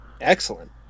Excellent